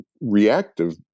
reactive